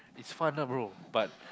is fun lah bro